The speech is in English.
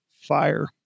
fire